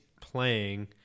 playing